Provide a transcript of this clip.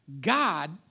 God